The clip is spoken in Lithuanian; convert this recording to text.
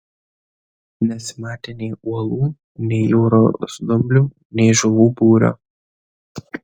nesimatė nei uolų nei jūros dumblių nei žuvų būrio